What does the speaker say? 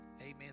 Amen